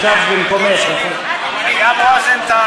ישבת במקומך, נכון?